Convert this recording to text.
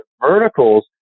verticals